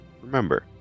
Remember